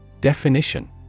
Definition